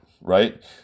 right